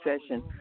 session